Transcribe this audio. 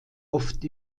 oft